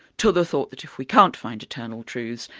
to the thought that if we can't find eternal truths,